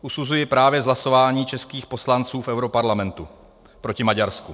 Usuzuji právě z hlasování českých poslanců v europarlamentu proti Maďarsku.